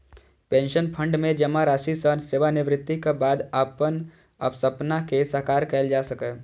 pension fund मे जमा राशि सं सेवानिवृत्तिक बाद अपन सपना कें साकार कैल जा सकैए